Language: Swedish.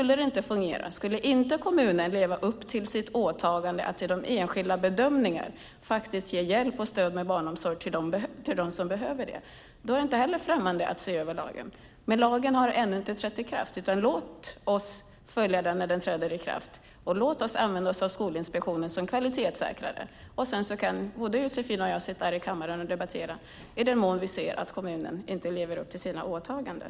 Lever inte kommunerna upp till sitt åtagande att efter enskilda bedömningar ge hjälp och stöd med barnomsorg till dem som behöver det är jag inte främmande för att se över lagen. Men lagen har ännu inte trätt i kraft. Låt oss följa upp den när den träder i kraft och använda oss av Skolinspektionen som kvalitetssäkrare. Skulle vi sedan se att kommunerna inte lever upp till sitt åtagande kan Josefin och jag debattera det i kammaren.